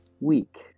week